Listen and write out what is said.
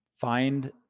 find